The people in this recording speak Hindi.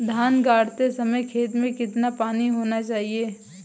धान गाड़ते समय खेत में कितना पानी होना चाहिए?